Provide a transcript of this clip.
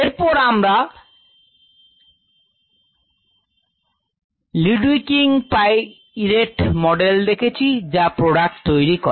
এরপর আমরা Luedeking Piret model দেখেছি যা প্রোডাক্ট তৈরি করে